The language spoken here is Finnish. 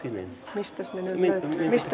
dilin lähistön minimin riveistä